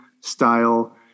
style